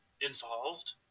involved